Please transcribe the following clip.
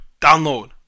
Download